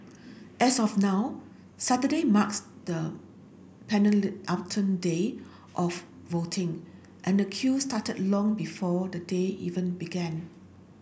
as of now Saturday marks the day of voting and the queue started long before the day even began